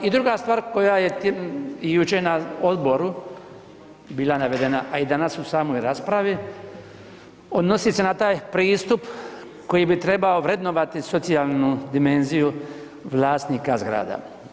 I druga stvar koja je jučer na odboru bila navedena, a i danas u samoj raspravi, odnosi se na taj pristup koji bi trebao vrednovati socijalnu dimenziju vlasnika zgrada.